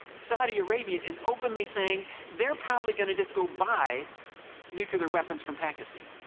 saudi arabia is openly saying they're probably going to just go buy nuclear weapons from pakistan.